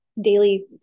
daily